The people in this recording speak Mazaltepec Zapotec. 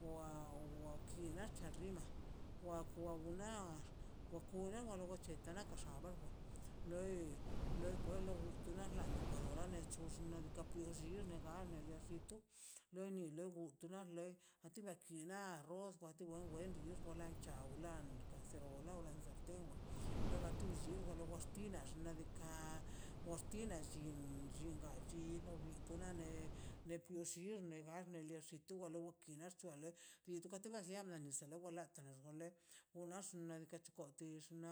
Wa wa ki na taxima wa wak na rrolcheta jaxabe wa loi loi la lan likwadora xnaꞌ diikaꞌ pux xne nega pux xina asel tu luego tu ni wa ki wa kina arroz wen diilux wa cha daa wlan wa loi la sarten lo ba tu ax̱tina xnaꞌ diikaꞌ wax tinnaꞌ llin llin narchino bi to nale le pux llegad el dia shi tu